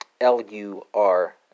L-U-R